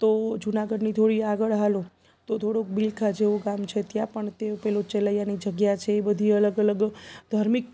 તો જુનાગઢની થોડી આગળ ચાલો તો થોડુંક બિલખા જેવું ગામ છે ત્યાં પણ તે પેલું ચેલૈયાની જગ્યા છે એ બધી અલગ અલગ ધાર્મિક